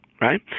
right